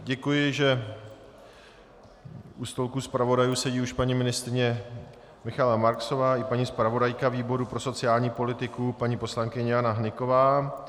Děkuji, že u stolku zpravodajů už sedí paní ministryně Michaela Marksová i paní zpravodajka výboru pro sociální politiku paní poslankyně Jana Hnyková.